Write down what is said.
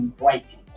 writing